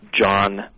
John